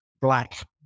black